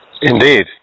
Indeed